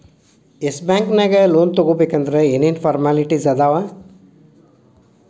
S Bank ನ್ಯಾಗ್ loan ತಗೊಬೇಕಂದ್ರ ಏನೇನ್ ಫಾರ್ಮ್ಯಾಲಿಟಿಸ್ ಅದಾವ?